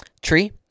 tree